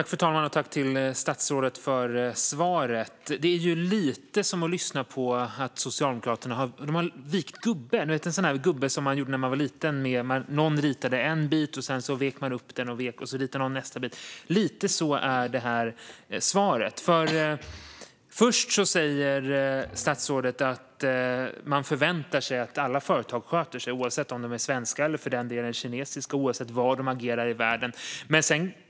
Fru talman! Jag tackar statsrådet för svaret. När man lyssnar på Socialdemokraterna får man intrycket att de har vikt gubbe, ni vet en sådan där gubbe som man gjorde när man var liten. Någon ritade en bit och vek den. Sedan ritade någon nästa bit och fortsatte att vika. Lite så är det här svaret. Först säger statsrådet att man förväntar sig att alla företag sköter sig, oavsett om de är svenska eller för den delen kinesiska och oavsett var i världen de agerar.